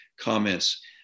comments